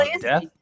Death